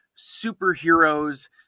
superheroes